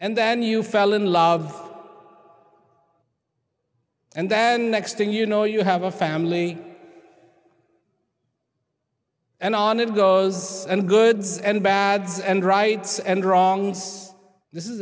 and then you fell in love and then next thing you know you have a family and on of gauze and goods and bads and rights and wrongs this is